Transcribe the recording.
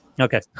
Okay